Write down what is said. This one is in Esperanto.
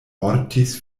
mortis